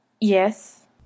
Yes